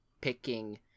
picking